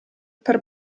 per